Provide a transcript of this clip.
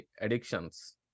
addictions